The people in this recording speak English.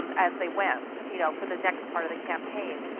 as they went you know for the next part of the campaign.